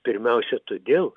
pirmiausia todėl